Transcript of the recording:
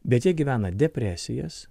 bet jie gyvena depresijas